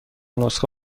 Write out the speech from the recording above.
نسخه